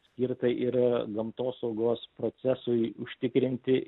skirta ir gamtosaugos procesui užtikrinti